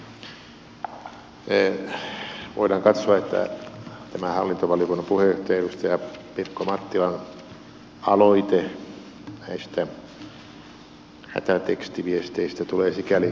voidaan katsoa että tämä hallintovaliokunnan puheenjohtajan edustaja pirkko mattilan aloite näistä hätätekstiviesteistä tulee sikäli kreivin aikaan että nyt on tämä kehittämistyö parhaillaan käynnissä